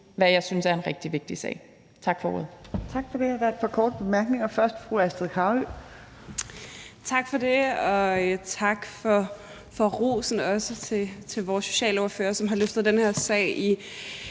hvad jeg synes er en rigtig vigtig sag. Tak for ordet.